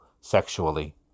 sexually